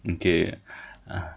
okay